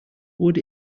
wood